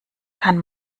kann